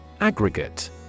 AGGREGATE